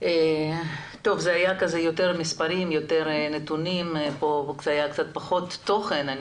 זה היה יותר מספרים ונתונים וקצת פחות תוכן.